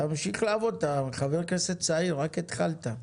ההסתייגות לא התקבלה.